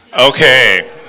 Okay